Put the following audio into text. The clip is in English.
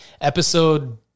episode